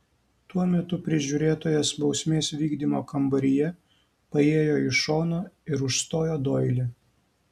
tuo metu prižiūrėtojas bausmės vykdymo kambaryje paėjo į šoną ir užstojo doilį